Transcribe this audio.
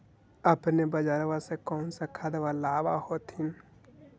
अपने बजरबा से कौन सा खदबा लाब होत्थिन?